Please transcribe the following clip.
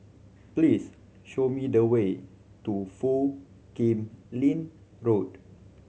please show me the way to Foo Kim Lin Road